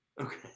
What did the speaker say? Okay